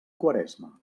quaresma